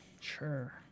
sure